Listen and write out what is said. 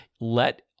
Let